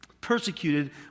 persecuted